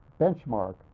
benchmark